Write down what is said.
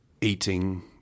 eating